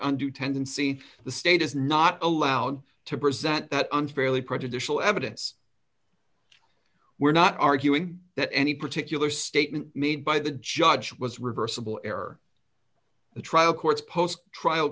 undue tendency the state is not allowed to present that unfairly prejudicial evidence we're not arguing that any particular statement made by the judge was reversible error the trial courts post trial